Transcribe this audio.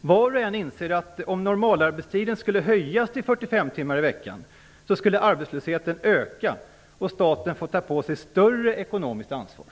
Var och en inser att om normalarbetstiden skulle höjas till 45 timmar i veckan, skulle arbetslösheten öka och staten få ta på sig större ekonomiskt ansvar.